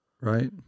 Right